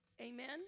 amen